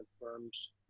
firms